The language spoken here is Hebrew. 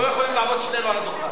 אנחנו לא יכולים לעמוד שנינו על הדוכן.